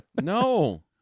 No